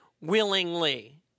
willingly